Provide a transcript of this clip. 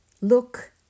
look